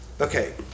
Okay